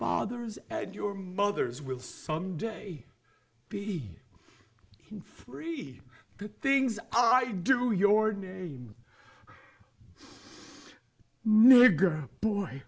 father's and your mother's will someday be free things i do your name no girl boy